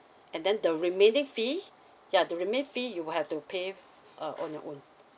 and then the remaining fee ya the remaining fee you will have to pay uh on your own